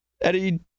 Eddie